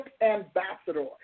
ambassador